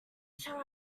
shall